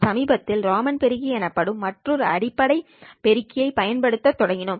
சமீபத்தில் ராமன் பெருக்கி எனப்படும் மற்றொரு அடிப்படை பெருக்கியைப் பயன்படுத்தத் தொடங்கினோம்